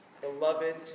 beloved